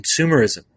consumerism